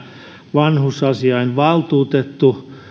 vanhusasiainvaltuutettu